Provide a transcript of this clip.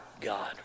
God